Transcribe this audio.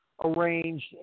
arranged